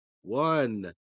one